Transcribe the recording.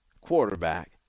quarterback